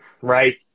right